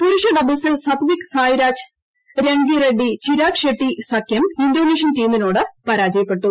പുരുഷ ഡബിൾസിൽ സത്വിക് സായ്രാജ് രൺഗിറെഡ്ഡി ചിരാഗ്ഷെട്ടി സഖ്യം ഇന്തോനേഷ്യൻ ടീമിനോട് പരാജയപ്പെട്ടു